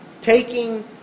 Taking